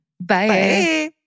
Bye